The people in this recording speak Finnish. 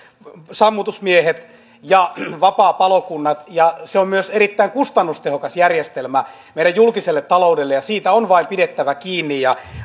sammutusmiehet ja vapaapalokunnat se on myös erittäin kustannustehokas järjestelmä meidän julkiselle taloudellemme ja siitä on vain pidettävä kiinni